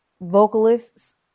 vocalists